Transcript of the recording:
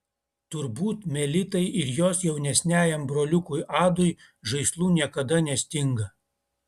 turbūt melitai ir jos jaunesniajam broliukui adui žaislų niekada nestinga